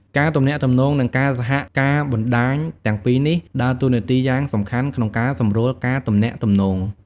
ការទំនាក់ទំនង និងការសហការបណ្តាញទាំងពីរនេះដើរតួនាទីយ៉ាងសំខាន់ក្នុងការសម្រួលការទំនាក់ទំនង។